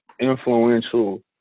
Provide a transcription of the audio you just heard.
influential